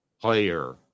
player